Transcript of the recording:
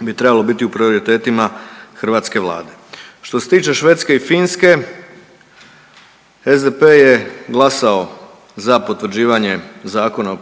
bi trebalo biti u prioritetima hrvatske vlade. Što se tiče Švedske i Finske SDP je glasao za potvrđivanje Zakon o